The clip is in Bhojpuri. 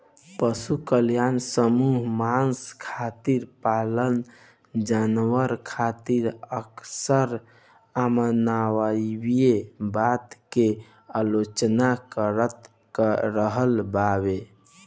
पशु कल्याण समूह मांस खातिर पालल जानवर खातिर अक्सर अमानवीय बता के आलोचना करत रहल बावे